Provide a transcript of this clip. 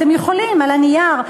אתן יכולות על הנייר,